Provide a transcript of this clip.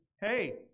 hey